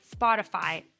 Spotify